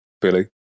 Billy